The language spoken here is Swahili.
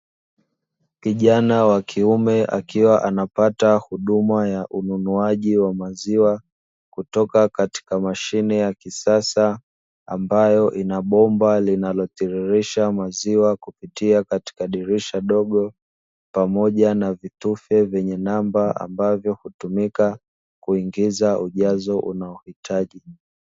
Kijana wa kiume akiwa anapata huduma ya ununuaji wa maziwa, kutoka katika mashine ya kisasa ambayo ina bomba linalotiririsha maziwa kupitia katika dirisha dogo, pamoja na vitufe vyenye namba ambavyo hutumika kuingiza ujazo unaohitaji.